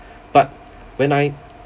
but when I